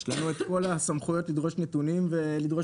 יש לנו את כל הסמכויות לדרוש נתונים ולדרוש